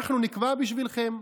אנחנו נקבע בשבילכם.